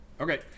Okay